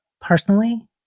personally